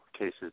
Cases